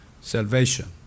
salvation